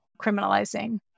criminalizing